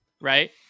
right